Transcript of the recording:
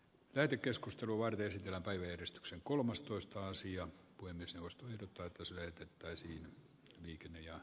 heti keskustelua myös tilata yhdistyksen kolmastoista sija puhemiesneuvoston päätös levitettäisiin liikenne ja